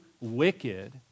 wicked